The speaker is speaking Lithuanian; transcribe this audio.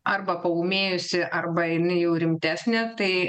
arba paūmėjusi arba jinai jau rimtesnė tai